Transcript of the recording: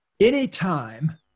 Anytime